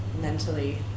mentally